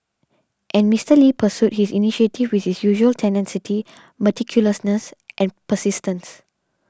and Mister Lee pursued this initiative with his usual tenacity meticulousness and persistence